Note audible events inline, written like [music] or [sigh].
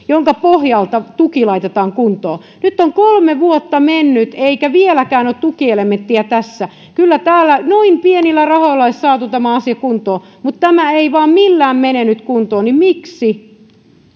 [unintelligible] minkä pohjalta tuki laitetaan kuntoon nyt on kolme vuotta mennyt eikä vieläkään ole tukielementtiä tässä kyllä täällä noin pienillä rahoilla olisi saatu tämä asia kuntoon mutta tämä ei vain millään mene nyt kuntoon miksi